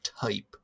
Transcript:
Type